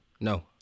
no